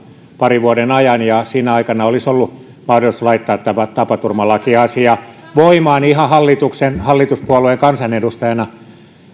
parin vuoden ajan ja sinä aikana olisi ollut mahdollista laittaa tämä tapaturmalakiasia voimaan ihan hallituspuolueen kansanedustajana